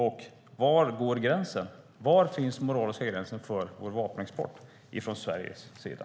Och var finns den moraliska gränsen för vår vapenexport från Sveriges sida?